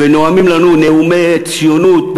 ונואמים לנו נאומי ציונות,